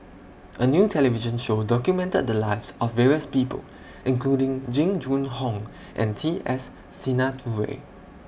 A New television Show documented The Lives of various People including Jing Jun Hong and T S Sinnathuray